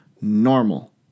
normal